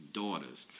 daughters